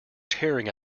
tearing